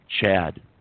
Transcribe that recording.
Chad